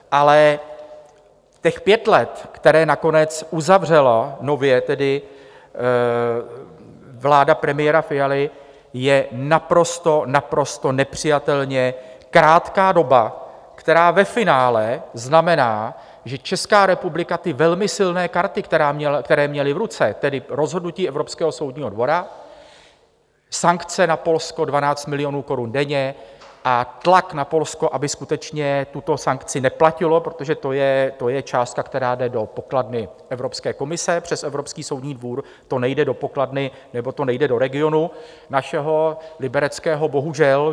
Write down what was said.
Ale těch pět let, na která nakonec uzavřela nově vláda premiéra Fialy, je naprosto, naprosto nepřijatelně krátká doba, která ve finále znamená, že Česká republika ty velmi silné karty, které měli v ruce tedy rozhodnutí Evropského soudního dvora, sankce na Polsko 12 milionů korun denně a tlak na Polsko, aby skutečně tuto sankci neplatilo, protože to je částka, která jde do pokladny Evropské komise přes Evropský soudní dvůr, to nejde do pokladny, nebo to nejde do regionu našeho, Libereckého, bohužel.